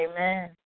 Amen